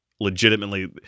legitimately